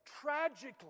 tragically